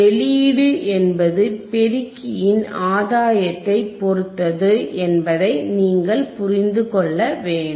வெளியீடு என்பது பெருக்கியின் ஆதாயத்தைப் பொறுத்தது என்பதை நீங்கள் புரிந்து கொள்ள வேண்டும்